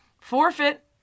forfeit